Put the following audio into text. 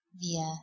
via